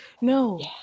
No